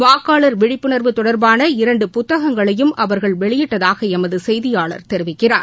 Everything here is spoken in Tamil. வாக்காளர் விழிப்புணர்வு தொடர்பான இரண்டு புத்தகங்களையும் அவர்கள் வெளியிட்டதாக எமது செய்தியாளர் தெரிவிக்கிறார்